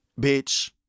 Bitch